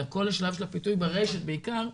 אלא כל השלב של הפיתוי ברשת בעיקר,